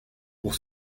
pour